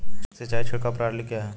सिंचाई छिड़काव प्रणाली क्या है?